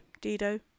Dido